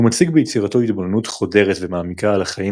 הוא מציג ביצירותיו התבוננות חודרת ומעמיקה על החיים